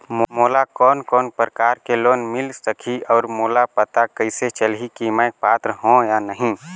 मोला कोन कोन प्रकार के लोन मिल सकही और मोला पता कइसे चलही की मैं पात्र हों या नहीं?